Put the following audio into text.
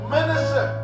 Minister